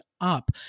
up